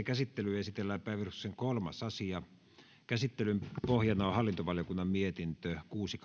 käsittelyyn esitellään päiväjärjestyksen kolmas asia käsittelyn pohjana on hallintovaliokunnan mietintö kuusi